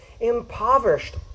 impoverished